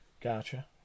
gotcha